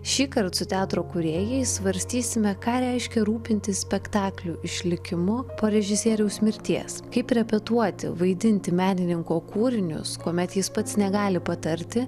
šįkart su teatro kūrėjais svarstysime ką reiškia rūpintis spektaklių išlikimu po režisieriaus mirties kaip repetuoti vaidinti menininko kūrinius kuomet jis pats negali patarti